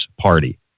party